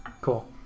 cool